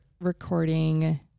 recording